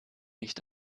nicht